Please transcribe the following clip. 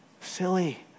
silly